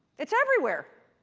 it's everywhere!